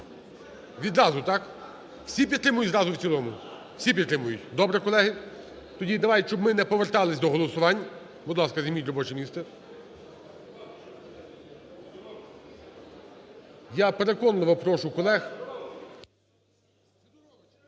Відразу, так? Всі підтримують зразу в цілому? Всі підтримують, добре, колеги. Тоді давайте, щоб ми не поверталися до голосувань, будь ласка, займіть робоче місце. Я переконливо прошу колег…